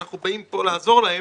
שאנחנו באים פה לעזור להן,